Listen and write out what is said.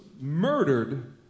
murdered